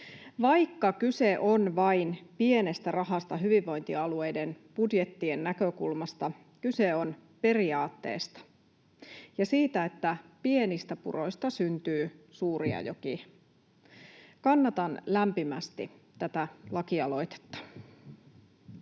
Vaikka kyse on vain pienestä rahasta hyvinvointialueiden budjettien näkökulmasta, kyse on periaatteesta ja siitä, että pienistä puroista syntyy suuria jokia. Kannatan lämpimästi tätä lakialoitetta.